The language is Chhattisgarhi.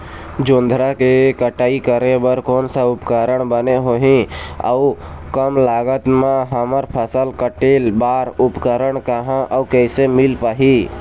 जोंधरा के कटाई करें बर कोन सा उपकरण बने होही अऊ कम लागत मा हमर फसल कटेल बार उपकरण कहा अउ कैसे मील पाही?